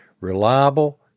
Reliable